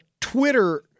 Twitter